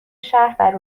شهر